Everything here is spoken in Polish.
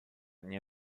nie